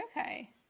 Okay